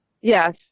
Yes